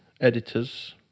editors